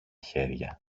χέρια